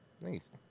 Nice